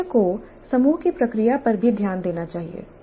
प्रशिक्षक को समूह की प्रक्रिया पर भी ध्यान देना चाहिए